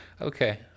okay